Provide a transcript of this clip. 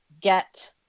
get